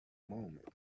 moment